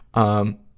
and